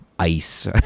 Ice